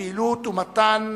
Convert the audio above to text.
ופעילות ומתן